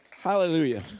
Hallelujah